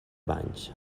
banys